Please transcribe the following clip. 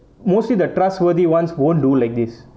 mostly the trustworthy ones won't do like this